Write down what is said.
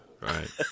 Right